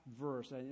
verse